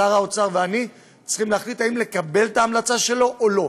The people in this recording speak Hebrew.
שר האוצר ואני צריכים להחליט אם לקבל את ההמלצה שלו או לא.